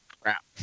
crap